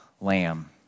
lamb